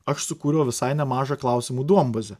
aš sukūriau visai nemažą klausimų duombazę